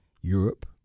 Europe